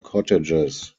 cottages